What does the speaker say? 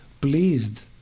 pleased